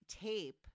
tape